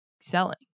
selling